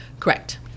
Correct